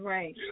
Right